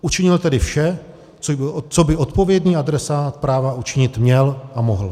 Učinil tedy vše, co by odpovědný adresát práva učinit měl a mohl.